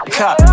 cop